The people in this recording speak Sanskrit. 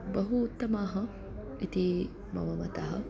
बहु उत्तमाः इति मम मतम्